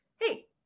hey